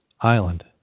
island